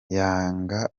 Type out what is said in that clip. yanga